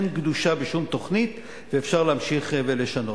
אין קדושה בשום תוכנית ואפשר להמשיך ולשנות.